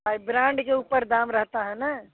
भाई ब्रांड के ऊपर दाम रहता है ना